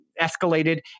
escalated